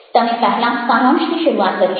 તમે પહેલાં સારાંશથી શરૂઆત કરી શકો